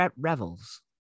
Revels